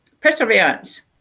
perseverance